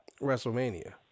WrestleMania